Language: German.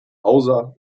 hauser